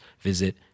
visit